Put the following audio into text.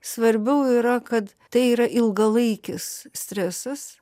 svarbiau yra kad tai yra ilgalaikis stresas